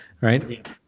right